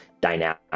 dynamic